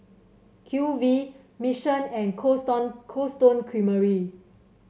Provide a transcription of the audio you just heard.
Q V Mission and Cold Stone Cold Stone Creamery